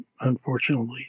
unfortunately